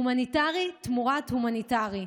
הומניטרי תמורת הומניטרי.